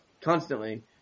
constantly